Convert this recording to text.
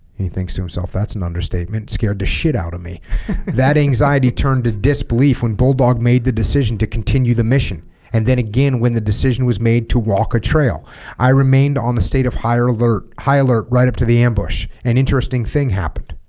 he thinks to himself that's an understatement scared the shit out of me that anxiety turned to disbelief when bulldog made the decision to continue the mission and then again when the decision was made to walk a trail i remained on the state of higher alert high alert right up to the ambush an interesting thing happened